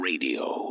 radio